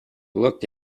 looked